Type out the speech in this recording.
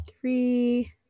three